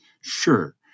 Sure